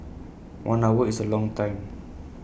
one hour is A long time